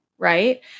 right